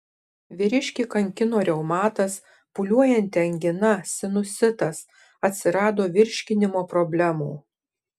vyriškį kankino reumatas pūliuojanti angina sinusitas atsirado virškinimo problemų